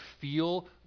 feel